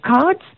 cards